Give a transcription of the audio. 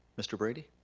mr. brady?